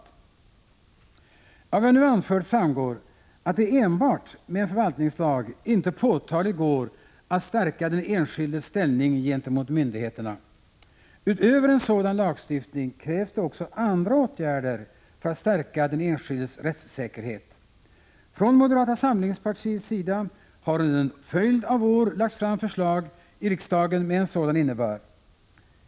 Av vad jag nu anfört framgår att det enbart med en förvaltningslag inte påtagligt går att stärka den enskildes ställning gentemot myndigheterna. Utöver en sådan lagstiftning krävs också andra åtgärder för att stärka den enskildes rättssäkerhet. Moderata samlingspartiet har under en följd av år lagt fram förslag i riksdagen med en sådan innebörd.